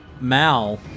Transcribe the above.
Mal